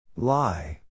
Lie